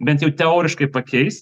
bent jau teoriškai pakeis